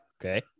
Okay